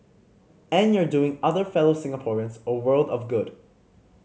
and you're doing other fellow Singaporeans a world of good